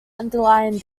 underlying